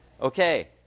Okay